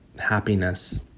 happiness